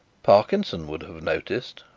parkinson would have noticed,